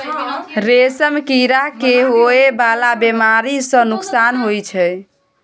रेशम कीड़ा के होए वाला बेमारी सँ नुकसान होइ छै